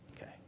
Okay